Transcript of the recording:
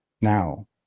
now